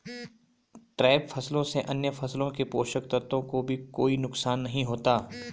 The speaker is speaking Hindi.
ट्रैप फसलों से अन्य फसलों के पोषक तत्वों को भी कोई नुकसान नहीं होता